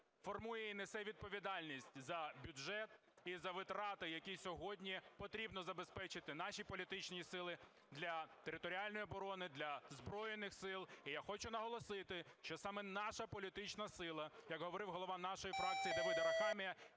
формує і несе відповідальність за бюджет і за витрати, які сьогодні потрібно забезпечити нашій політичній силі, для територіальної оборони, для Збройних Сил. І я хочу наголосити, що саме наша політична сила, як говорив голова нашої фракції Давид Арахамія,